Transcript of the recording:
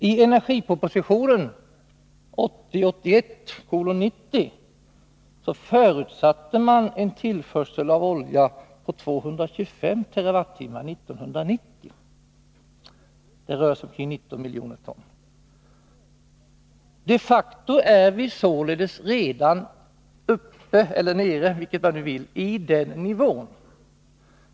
I energiproposition 1980/81:90 förutsätter man en tillförsel av olja på 225 TWh för 1990. Det rör sig om ca 19 miljoner ton. De facto är vi således redan så att säga uppe — eller nere — på nämnda nivå.